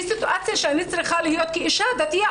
סיטואציה שאני צריכה להיות כאישה דתייה,